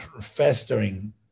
festering